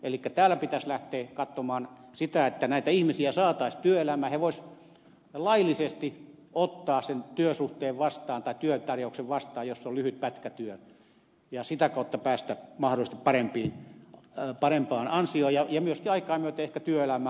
elikkä täällä pitäisi lähteä katsomaan sitä että näitä ihmisiä saataisiin työelämään he voisivat laillisesti ottaa sen työtarjouksen vastaan jos se on lyhyt pätkätyö ja sitä kautta päästä mahdollisesti parempaan ansioon ja myöskin aikaa myöten työelämää